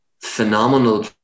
phenomenal